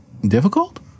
difficult